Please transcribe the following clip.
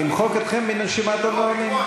למחוק אתכם מרשימת הנואמים?